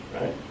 right